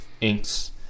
inks